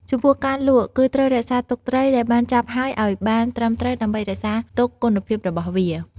ចំពោះការលក់គឺត្រូវរក្សាទុកត្រីដែលបានចាប់ហើយឲ្យបានត្រឹមត្រូវដើម្បីរក្សាទុកគុណភាពរបស់វា។